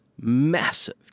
massive